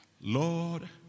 Lord